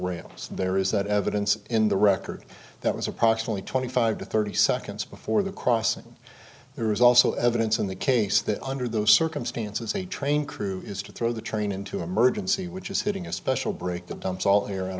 rails there is that evidence in the record that was approximately twenty five to thirty seconds before the crossing there is also evidence in the case that under those circumstances a train crew is to throw the train into emergency which is hitting a special brake that dumps all the air out